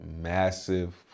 massive